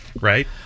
right